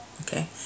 okay